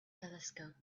telescope